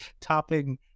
topping